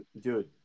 Dude